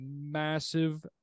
massive